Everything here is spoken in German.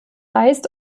reist